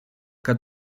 que